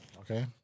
Okay